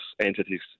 entities